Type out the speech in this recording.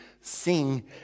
sing